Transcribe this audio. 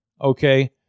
Okay